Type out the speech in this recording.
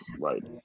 Right